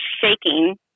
shaking